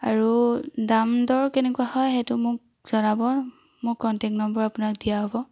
আৰু দাম দৰ হয় কেনেকুৱা হয় সেইটো মোক জনাব মোৰ কন্টেক্ট নম্বৰ আপোনাক দিয়া হ'ব